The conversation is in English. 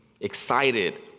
excited